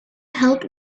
help